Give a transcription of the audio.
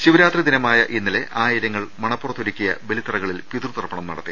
ശിവരാത്രി ദിനമായ ഇന്നലെ ആയിരങ്ങൾ മണപ്പുറത്തൊരുക്കിയ ബലിത്തറക ളിൽ പിതൃതർപ്പണം നടത്തി